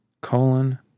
colon